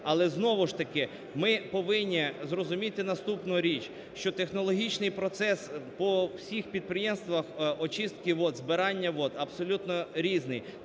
Але знову ж таки ми повинні зрозуміти наступну річ, що технологічний процес по всіх підприємствах очистки вод, збирання вод абсолютно різний.